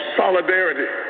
solidarity